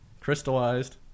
crystallized